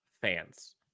fans